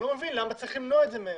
אני לא מבין למה צריך למנוע את זה מהן.